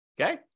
Okay